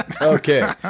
Okay